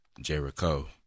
Jericho